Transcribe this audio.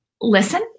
listen